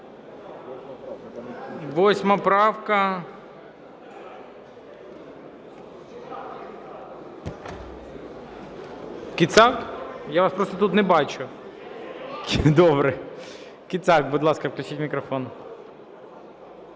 8 правка. Кицак? Я вас просто тут не бачу. Добре. Кицак, будь ласка, включіть мікрофон.